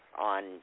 on